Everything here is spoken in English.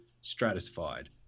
stratified